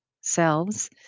selves